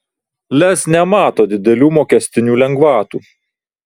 lez nemato didelių mokestinių lengvatų